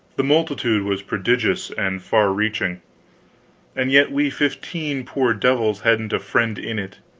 the multitude was prodigious and far-reaching and yet we fifteen poor devils hadn't a friend in it.